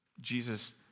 Jesus